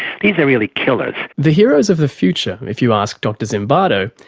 these are really killers. the heroes of the future, if you ask dr zimbardo,